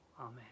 amen